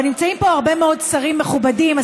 אבל נמצאים פה הרבה מאוד שרים מכובדים,